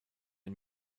and